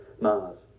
Mars